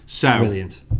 Brilliant